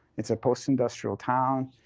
it's a post-industrial town,